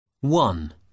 One